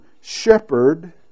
shepherd